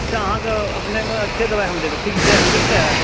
अच्छा अहाँके अपने अच्छे दवाइ हम देबै देब ठीक छै